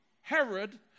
Herod